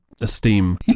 esteem